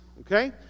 Okay